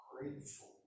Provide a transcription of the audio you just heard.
grateful